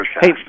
hey